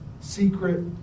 secret